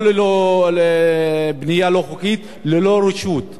לא בנייה לא חוקית, אלא ללא רשות.